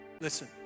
Listen